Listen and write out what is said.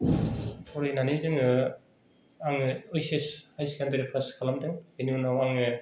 फरायनानै जोङो आंङो H S higher secondary pass खालामदों बिनि उन्नाव आंङो